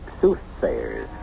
soothsayers